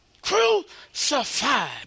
Crucified